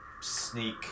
sneak